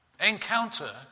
encounter